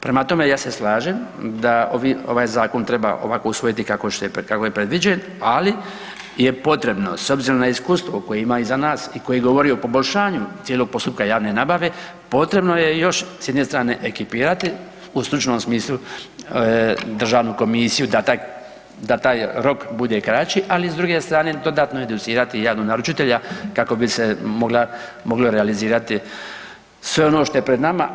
Prema tome, ja se slažem da ovaj zakon treba ovako usvojiti kako je predviđen, ali je potrebno s obzirom na iskustvo koje ima iza nas i koji govori o poboljšanju cijelog postupka javne nabave, potrebno je još s jedne strane ekipirati u stručnom smislu državnu komisiju da taj rok bude kraći, ali s druge strane dodatno educirati javnog naručitelja kako bi se moglo realizirati sve ono što je pred nama.